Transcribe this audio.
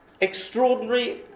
Extraordinary